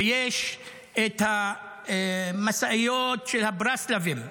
ויש את המשאיות של הברסלבים.